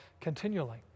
continually